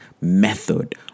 method